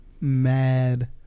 Mad